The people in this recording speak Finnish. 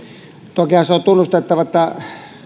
tokihan se on tunnustettava että